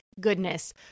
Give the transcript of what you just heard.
goodness